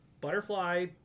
Butterfly